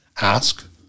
ask